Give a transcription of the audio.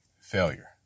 failure